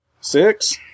Six